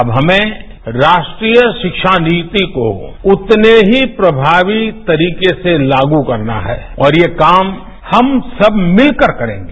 अब हमें राष्ट्रीय शिक्षा नीति को उतने की प्रमावी तरीके से लागू करना है और ये काम हम सब मिलकर करेंगे